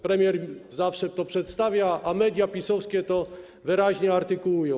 Premier zawsze tak to przedstawia, a media PiS-owskie to wyraźnie artykułują.